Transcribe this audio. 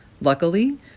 Luckily